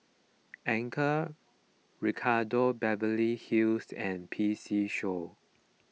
Anchor Ricardo Beverly Hills and P C Show